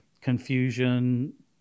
confusion